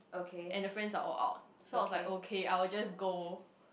and the friends are all out so I was like okay I will just go